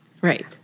Right